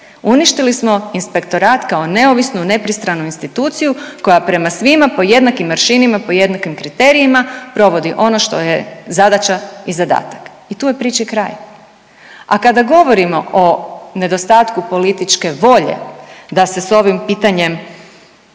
uništili smo inspektorat kao neovisnu i nepristranu instituciju koja prema svima po jednakim aršinima, po jednakim kriterijima provodi ono što joj je zadaća i zadatak. I tu je priči kraj. A kada govorimo o nedostatku političke volje da se s ovim pitanjem